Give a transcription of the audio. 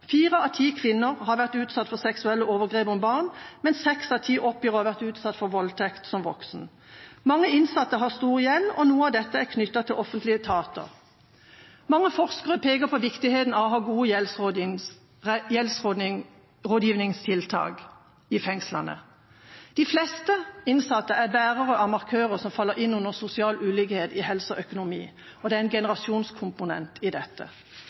Fire av ti kvinner har vært utsatt for seksuelle overgrep som barn, mens seks av ti oppgir å ha vært utsatt for voldtekt som voksen. Mange innsatte har stor gjeld, og noe av dette er knyttet til offentlige etater. Mange forskere peker på viktigheten av å ha gode gjeldsrådgivningstiltak i fengslene. De fleste innsatte er bærere av markører som faller inn under sosial ulikhet i helse og økonomi, og det er en generasjonskomponent i dette.